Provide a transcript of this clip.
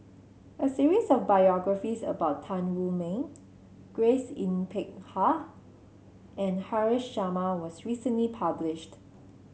a series of biographies about Tan Wu Meng Grace Yin Peck Ha and Haresh Sharma was recently published